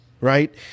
right